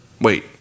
Wait